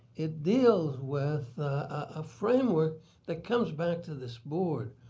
it deals with a framework that comes back to this board.